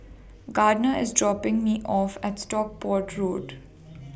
Gardner IS dropping Me off At Stockport Road